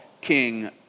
king